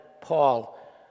Paul